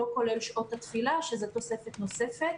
לא כולל שעות התפילה שזו תוספת נוספת